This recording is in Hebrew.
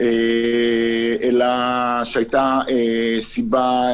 אלא הייתה סיבה